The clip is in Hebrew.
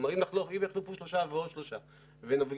כלומר, אם יחלפו שלושה ועוד שלושה חודשים,